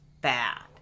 bad